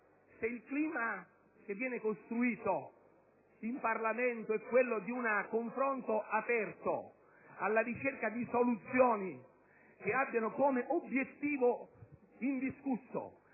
il clima che viene costruito in Parlamento dovrebbe basarsi su un confronto aperto alla ricerca di soluzioni che abbiano come obiettivo indiscusso